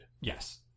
Yes